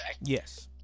Yes